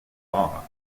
law